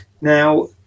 Now